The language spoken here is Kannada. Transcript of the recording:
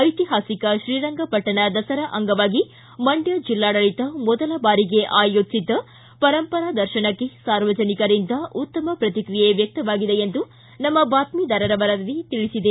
ಐತಿಹಾಸಿಕ ಶ್ರೀರಂಗಪಟ್ಟಣ ದಸರಾ ಅಂಗವಾಗಿ ಮಂಡ್ಕ ಜಿಲ್ಲಾಡಳಿತ ಮೊದಲ ಬಾರಿಗೆ ಆಯೋಜಿಸಿದ್ದ ಪರಂಪರಾ ದರ್ಶನಕ್ಕೆ ಸಾರ್ವಜನಿಕರಿಂದ ಉತ್ತಮ ಪ್ರತಿಕ್ರಿಯೆ ವ್ಯಕ್ತವಾಗಿದೆ ಎಂದು ನಮ್ಮ ಬಾತ್ತಿದಾರರ ವರದಿ ತಿಳಿಸಿದೆ